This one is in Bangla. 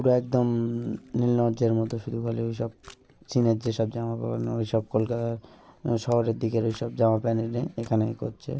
পুরো একদম নির্লজ্জের মতো শুধু বলে ওই সব চিনের যেসব জামা কাপড় ওই সব কলকাতার শহরের দিকের ওই সব জামা প্যান্ট এনে এখানে এ করছে